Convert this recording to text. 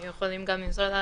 היו יכולים למסור את